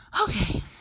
okay